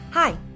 Hi